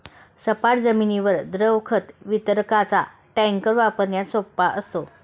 सपाट जमिनीवर द्रव खत वितरकाचा टँकर वापरण्यास सोपा असतो